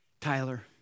Tyler